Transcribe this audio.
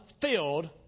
filled